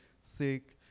sick